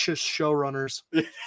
showrunners